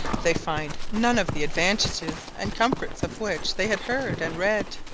they find none of the advantages and comforts of which they had heard and read,